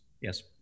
Yes